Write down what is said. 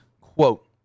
quote